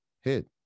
hit